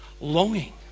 longing